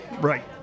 Right